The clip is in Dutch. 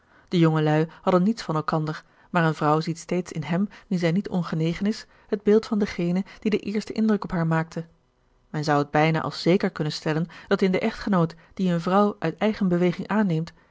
de jongelui hadden niets van elkander maar eene vrouw ziet steeds in hem wien zij niet ongenegen is het beeld van dengene die den eersten indruk op haar maakte men zou het bijna als zeker kunnen stellen dat in den echtgenoot dien eene vrouw uit eigen beweging aanneemt